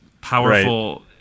powerful